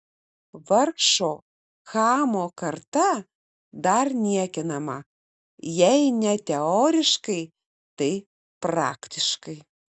vargšo chamo karta dar niekinama jei ne teoriškai tai praktiškai